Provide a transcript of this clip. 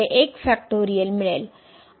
तर आपल्याला मिळेल